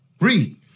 Read